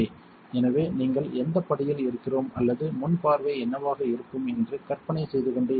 எனவே நீங்கள் எந்தப் படியில் இருக்கிறோம் அல்லது முன் பார்வை என்னவாக இருக்கும் என்று கற்பனை செய்து கொண்டே இருக்க வேண்டும்